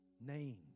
named